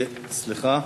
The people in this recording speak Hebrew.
אין ספק בזה.